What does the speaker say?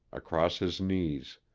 across his knees.